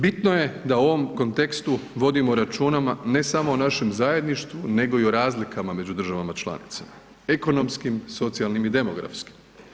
Bitno je da u ovom kontekstu vodimo računa ne samo o našem zajedništvo, nego i o razlikama među državama članicama, ekonomskih, socijalnim i demografskim.